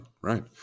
right